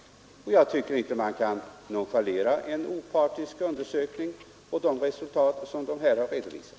Och jag tycker inte att man utan vidare kan nonchalera en opartisk undersökning och de resultat den har redovisat.